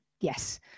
yes